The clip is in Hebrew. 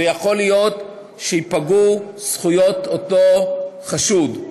ויכול להיות שייפגעו זכויות אותו חשוד.